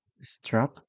strap